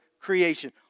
creation